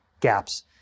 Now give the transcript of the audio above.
gaps